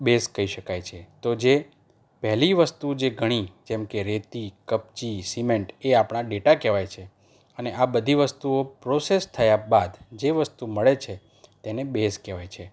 બેસ કહી શકાય છે તો જે પહેલી વસ્તુ જે ગણી જેમ કે રેતી કપચી સિમેન્ટ એ આપણા ડેટા કહેવાય છે અને આ બધી વસ્તુઓ પ્રોસેસ થયા બાદ જે વસ્તુ મળે છે તેને બેઝ કહેવાય છે